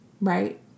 right